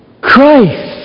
Christ